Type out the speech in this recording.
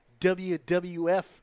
WWF